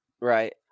right